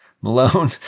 Malone